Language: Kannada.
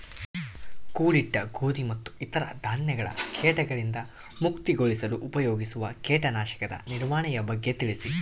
ಕೂಡಿಟ್ಟ ಗೋಧಿ ಮತ್ತು ಇತರ ಧಾನ್ಯಗಳ ಕೇಟಗಳಿಂದ ಮುಕ್ತಿಗೊಳಿಸಲು ಉಪಯೋಗಿಸುವ ಕೇಟನಾಶಕದ ನಿರ್ವಹಣೆಯ ಬಗ್ಗೆ ತಿಳಿಸಿ?